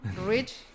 rich